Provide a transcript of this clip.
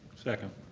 second.